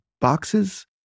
boxes